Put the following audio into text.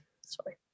Sorry